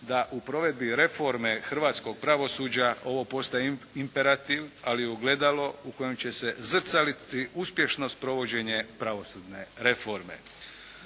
da u provedbi reforme hrvatskog pravosuđa ovo postaje imperativ, ali ogledalo u kojem će se zrcaliti uspješnost provođenje pravosudne reforme.